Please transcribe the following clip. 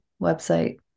website